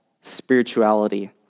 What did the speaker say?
spirituality